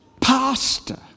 pastor